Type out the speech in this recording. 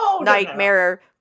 nightmare